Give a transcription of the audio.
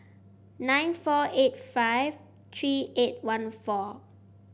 nine four eight five three eight one four